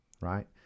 right